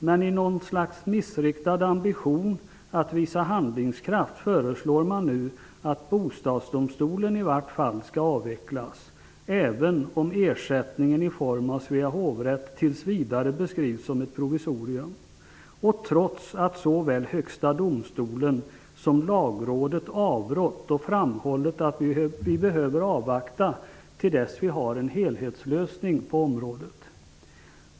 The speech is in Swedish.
Men i något slags missriktad ambition att visa handlingskraft föreslår man nu att Bostadsdomstolen i vart fall skall avvecklas, även om ersättningen i form av Svea hovrätt tills vidare beskrivs som ett provisorium. Man gör det trots att såväl Högsta domstolen som Lagrådet avrått och framhållit att vi behöver avvakta till dess vi har en helhetslösning på området.